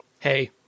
Hey